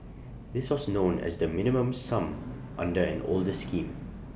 this was known as the minimum sum under an older scheme